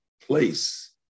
place